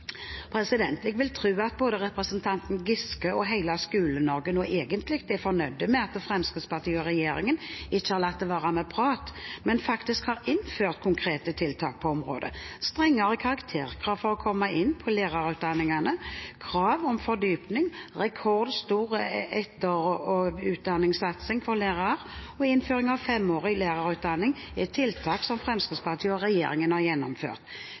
Jeg vil tro at både representanten Giske og hele Skole-Norge nå egentlig er fornøyd med at Fremskrittspartiet og regjeringen ikke har latt det være med prat, men faktisk har innført konkrete tiltak på området: Strengere karakterkrav for å komme inn på lærerutdanningene, krav om fordypning, rekordstor etterutdanningssatsing for lærere og innføring av femårig lærerutdanning er tiltak som Fremskrittspartiet og regjeringen har gjennomført.